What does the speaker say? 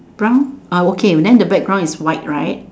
brown uh okay then the background is white right